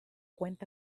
cuenta